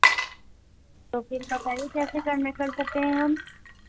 تو پھر بتائیے کیسے کرنے کر سکتے ہیں ہم